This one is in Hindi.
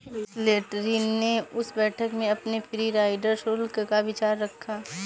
स्लैटरी ने उस बैठक में अपने फ्री राइडर शुल्क का विचार रखा